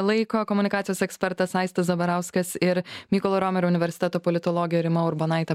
laiko komunikacijos ekspertas aistis zabarauskas ir mykolo romerio universiteto politologė rima urbonaitė